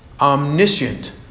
omniscient